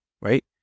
right